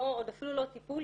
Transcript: עוד אפילו לא טיפול,